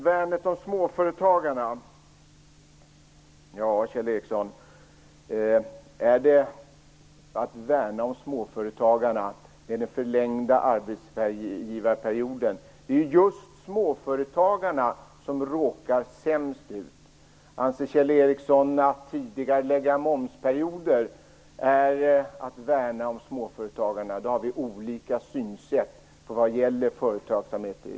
Värnet av småföretagarna, ja, är den förlängda arbetsgivarperioden att värna om småföretagarna, Kjell Ericsson? Det är just småföretagarna som råkar mest illa ut. Om Kjell Ericsson anser att tidigarelagda momsperioder är att värna om småföretagarna har vi olika synsätt vad gäller företagsamhet.